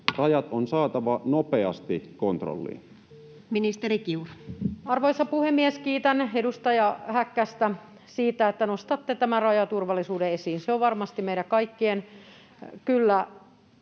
Rajat on saatava nopeasti kontrolliin. Ministeri Kiuru. Arvoisa puhemies! Kiitän edustaja Häkkästä siitä, että nostatte tämän rajaturvallisuuden esiin. Se on kyllä varmasti meidän kaikkien